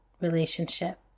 relationship